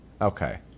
Okay